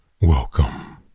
welcome